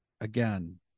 again